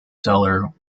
seller